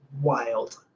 wild